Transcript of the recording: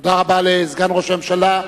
תודה רבה לסגן ראש הממשלה.